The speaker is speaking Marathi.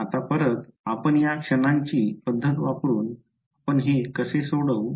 आता परत आपण या क्षणांची पद्धत वापरून आपण हे कसे सोडवू